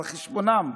על חשבונם.